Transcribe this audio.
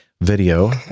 video